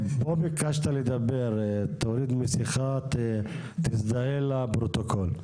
ביקשת לדבר, תוריד מסכה, תזדהה לפרוטוקול.